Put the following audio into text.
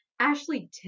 Ashley